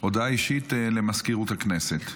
הודעה למזכירות הכנסת.